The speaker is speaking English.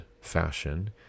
fashion